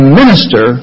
minister